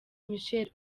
michelle